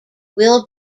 will